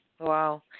Wow